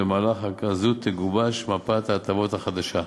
במהלך ארכה זו תגובש מפת ההטבות חדשה.